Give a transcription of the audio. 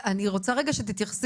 אני רוצה שתתייחסי,